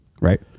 right